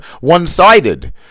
one-sided